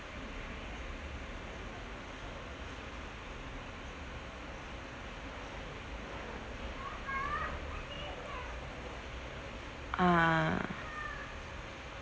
ah